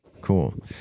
Cool